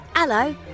Hello